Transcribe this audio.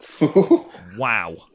wow